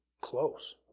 Close